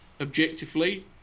objectively